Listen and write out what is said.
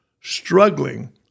struggling